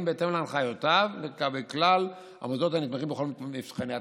בהתאם להנחיותיו לגבי כלל המוסדות הנתמכים בכל מבחני התמיכה.